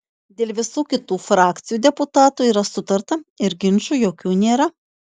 dėl visų kitų frakcijų deputatų yra sutarta ir ginčų jokių nėra